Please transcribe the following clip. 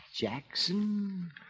Jackson